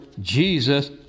Jesus